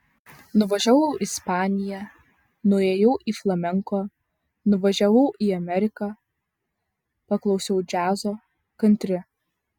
nuvažiavau į ispaniją nuėjau į flamenko nuvažiavau į ameriką paklausiau džiazo kantri